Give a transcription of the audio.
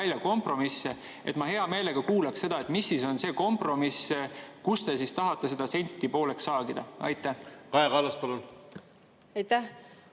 kompromisse –, ma hea meelega kuulaksin seda, mis siis on see kompromiss. Kus te tahate seda senti pooleks saagida? Aitäh,